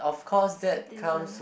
citizen